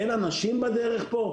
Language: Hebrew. אין אנשים בדרך פה,